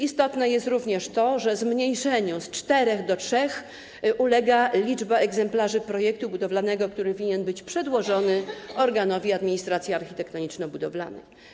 Istotne jest również to, że zmniejszeniu z czterech do trzech ulega liczba egzemplarzy projektu budowlanego, który winien być przedłożony organowi administracji architektoniczno-budowlanej.